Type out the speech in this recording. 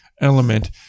element